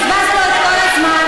בזבזת לו את כל הזמן.